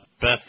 Beth